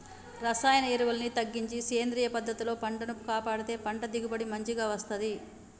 రసాయన ఎరువుల్ని తగ్గించి సేంద్రియ పద్ధతుల్లో పంటను కాపాడితే పంట దిగుబడి మంచిగ వస్తంది